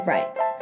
Rights